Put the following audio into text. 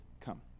come